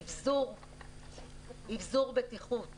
אבזור בטיחות